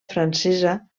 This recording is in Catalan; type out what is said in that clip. francesa